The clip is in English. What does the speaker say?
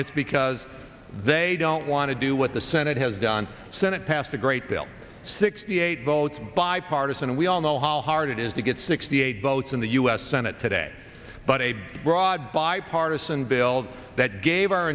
it's because they don't want to do what the senate has done senate passed a great bill sixty eight votes bipartisan and we all know how hard it is to get sixty eight votes in the u s senate today but a broad bipartisan bill that gave our